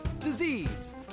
disease